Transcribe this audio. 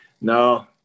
no